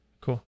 Cool